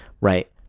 Right